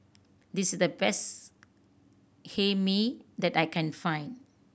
this is the best Hae Mee that I can find